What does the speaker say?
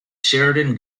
sheridan